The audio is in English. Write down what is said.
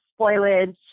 spoilage